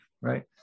Right